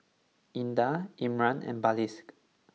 Indah Imran and Balqis